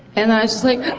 and i was just like,